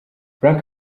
frank